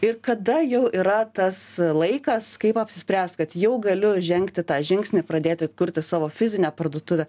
ir kada jau yra tas laikas kaip apsispręst kad jau galiu žengti tą žingsnį pradėti kurti savo fizinę parduotuvę